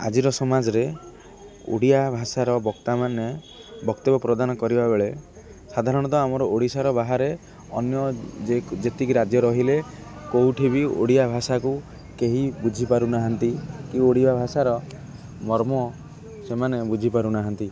ଆଜିର ସମାଜରେ ଓଡ଼ିଆ ଭାଷାର ବକ୍ତାମାନେ ବକ୍ତବ୍ୟ ପ୍ରଦାନ କରିବାବେଳେ ସାଧାରଣତଃ ଆମର ଓଡ଼ିଶାର ବାହାରେ ଅନ୍ୟ ଯେତିକି ରାଜ୍ୟ ରହିଲେ କେଉଁଠି ବି ଓଡ଼ିଆ ଭାଷାକୁ କେହି ବୁଝିପାରୁନାହାନ୍ତି କି ଓଡ଼ିଆ ଭାଷାର ମର୍ମ ସେମାନେ ବୁଝିପାରୁନାହାନ୍ତି